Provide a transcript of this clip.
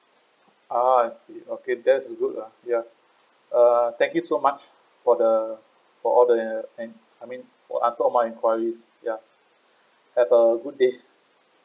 ah I see okay that's good lah ya err thank you so much for the for all the and I mean for answer all my enquiries ya have a good day